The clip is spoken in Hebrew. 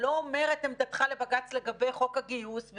לא אומר את עמדתך לבג"ץ לגבי חוק הגיוס,